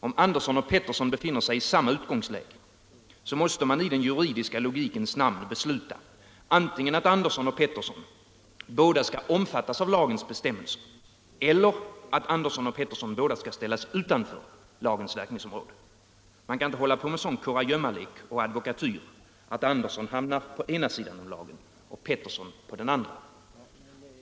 Om Andersson och Pettersson befinner sig i samma utgångsläge måste man i den juridiska logikens namn besluta antingen att Andersson och Pettersson båda skall omfattas av lagens bestämmelser eller att Andersson och Pettersson båda skall ställas utanför lagens verkningsområde. Man kan inte hålla på med sådan kurragömmalek och advokatyr att Andersson hamnar på ena sidan om lagen och Pettersson på den andra.